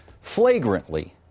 flagrantly